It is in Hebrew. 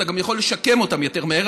אתה גם יכול לשקם אותם יותר מהר,